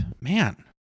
man